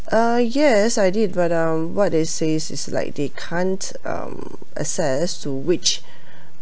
uh yes I did but um what they say is like they can't um access to which